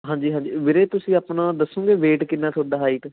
ਹਾਂਜੀ ਹਾਂਜੀ ਵੀਰੇ ਤੁਸੀਂ ਆਪਣਾ ਦੱਸੁੰਗੇ ਵੇਟ ਕਿੰਨਾ ਤੁਹਾਡਾ ਹਾਈਟ